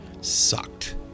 sucked